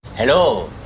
hello,